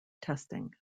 testing